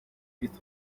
kristu